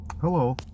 Hello